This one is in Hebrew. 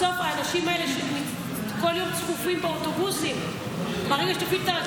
בסוף האנשים האלה צפופים באוטובוסים בכל יום.